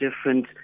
different